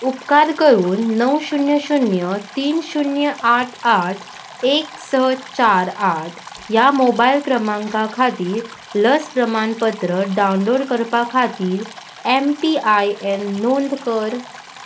उपकार करून णव शुन्य शुन्य तीन शुन्य आठ आठ एक स चार आठ ह्या मोबायल क्रमांका खातीर लस प्रमाणपत्र डावनलोड करपा खातीर एम पी आय एन नोंद कर